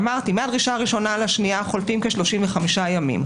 אמרתי: מהדרישה הראשונה לשנייה חולפים כ-35 ימים,